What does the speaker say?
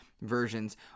versions